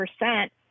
percent